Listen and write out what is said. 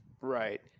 Right